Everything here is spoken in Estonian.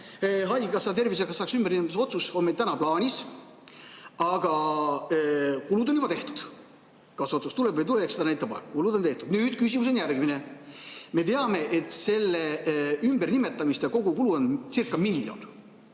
haigekassa tervisekassaks ümbernimetamise otsus on meil täna plaanis, aga kulud on juba tehtud. Kas otsus tuleb või ei tule, eks seda näitab aeg, aga kulud on tehtud. Küsimus on järgmine. Me teame, et ümbernimetamiste kogukulu oncircamiljon.